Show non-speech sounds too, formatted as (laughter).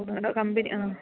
(unintelligible) company ആ